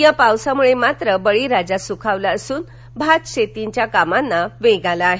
या पावसामुळे बळीराजा सुखावला असून भातशेतीच्या कामांना वेग आला आहे